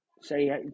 say